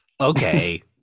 okay